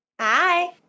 Hi